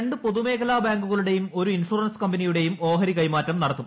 രണ്ട് പൊതു മേഖലാ ബാങ്കുകളും ഒരു ഇൻഷവറൻസ് കമ്പനിയുടെയും ഓഹരി കൈമാറ്റം നടത്തും